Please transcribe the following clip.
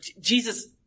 Jesus